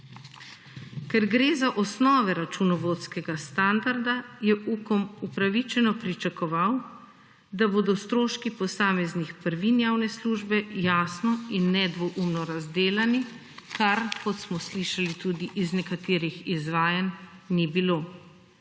Ker gre za osnovne računovodskega standarda, je Ukom upravičeno pričakoval, da bodo stroški posameznih prvin javne službe jasno in nedvoumno razdelani, kar kot smo slišali tudi iz nekaterih izvajanj ni bilo.